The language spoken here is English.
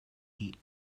eat